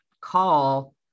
call